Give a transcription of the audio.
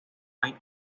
hay